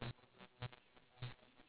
ya ya ya ya it does it does